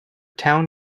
town